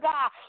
God